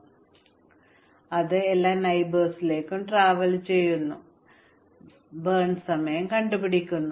അതിനാൽ ഞങ്ങൾ നിങ്ങൾക്കായി തിരയുന്നു അത് കത്തിക്കാത്തതും എങ്ങനെയാണ് ബേൺ സമയം പ്രതീക്ഷിക്കുന്നതും അത് കത്തിച്ചുകളയുക കൂടാതെ ഓരോന്നിനും അയൽവാസികളിലേക്ക് പോകുകയാണ് അത് കത്തിക്കില്ല